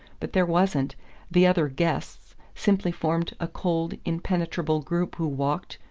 but there wasn't the other guests simply formed a cold impenetrable group who walked,